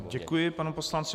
Děkuji panu poslanci.